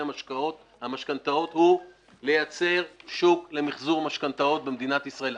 המשכנתאות הוא לייצר שוק למחזור משכנתאות במדינת ישראל.